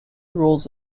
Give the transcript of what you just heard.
rolls